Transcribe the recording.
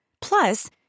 Plus